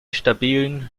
stabilen